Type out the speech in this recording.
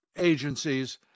Agencies